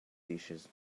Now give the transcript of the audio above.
dishes